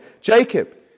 Jacob